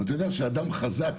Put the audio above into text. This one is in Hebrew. ואתה יודע שאדם חזק